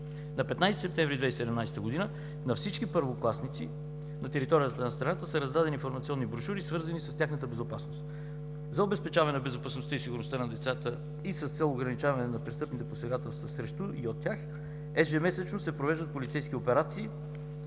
На 15 септември 2017 г. на всички първокласници на територията на страната са раздадени информационни брошури, свързани с тяхната безопасност. За обезпечаване безопасността и сигурността на децата и с цел ограничаване на престъпните посегателства срещу и от тях ежемесечно се провеждат полицейски операции